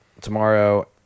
tomorrow